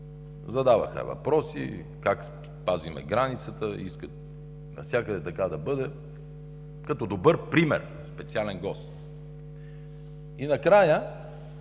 задаваха въпроси как пазим границата, искат навсякъде така да бъде – като добър пример. Специален гост! И накрая